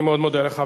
אני מאוד מודה לך.